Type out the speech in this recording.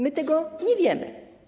My tego nie wiemy.